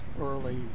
early